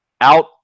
out –